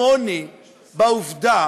בעובדה